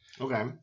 Okay